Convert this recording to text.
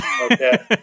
Okay